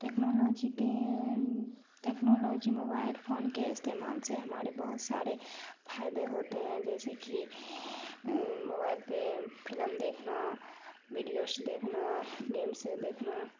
technology کے technology mobile phone کے استعمال سے ہمارے بہت سارے فائدے ہوتے ہیں جیسے کہ موبائل پہ فلم دیکھنا ویڈیوس دیکھنا گیمس دیکھنا